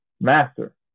Master